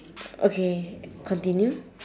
okay continue